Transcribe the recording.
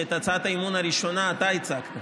שאת הצעת האי-אמון הראשונה אתה הצגת.